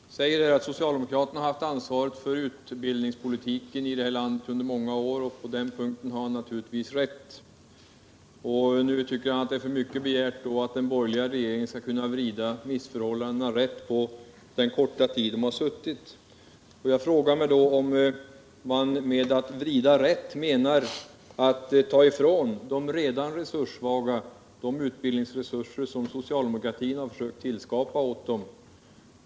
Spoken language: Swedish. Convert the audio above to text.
Herr talman! Claes Elmstedt säger att socialdemokraterna under många år har haft ansvaret för utbildningspolitiken i det här landet. På den punkten har han naturligtvis rätt. Han tycker därför att det är för mycket begärt att kräva att den borgerliga regeringen nu skall ha hunnit vrida missförhållandena rätt under den korta tid den suttit vid makten. Jag frågar mig då om man med ”vrida rätt” menar att ta ifrån de redan resurssvaga de utbildningsresurser som socialdemokratin har försökt tillskapa åt dem.